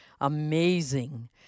Amazing